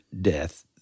death